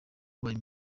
abaye